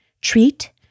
treat